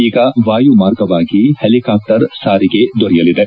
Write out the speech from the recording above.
ಈಗ ವಾಯು ಮಾರ್ಗವಾಗಿ ಹೆಲಿಕಾಪ್ಸರ್ ಸಾರಿಗೆ ದೊರೆಯಲಿದೆ